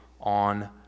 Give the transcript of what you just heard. on